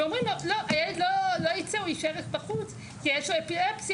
ואומרים לה הילד לא יצא הוא יישאר בחוץ כי יש לו אפילפסיה,